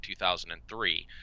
2003